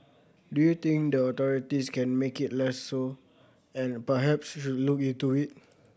do you think the authorities can make it less so and perhaps should look into it